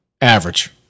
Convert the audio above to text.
average